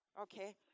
okay